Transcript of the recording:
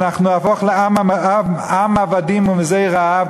אנחנו נהפוך ל"עם עבדים ומזי רעב",